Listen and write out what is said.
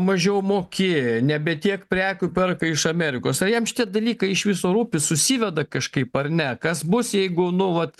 mažiau moki nebe tiek prekių perka iš amerikos o jiem dalykai iš viso rūpi susiveda kažkaip ar ne kas bus jeigu nu vat